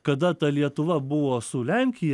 kada ta lietuva buvo su lenkija